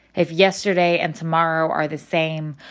if yesterday and tomorrow are the same,